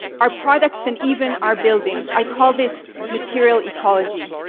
our products and even our buildings. i call this material ecology.